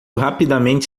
rapidamente